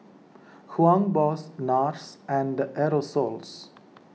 Hugo Boss Nars and Aerosoles